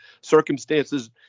circumstances